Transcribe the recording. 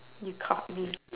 you caught me